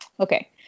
Okay